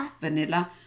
Vanilla